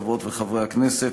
חברות וחברי הכנסת,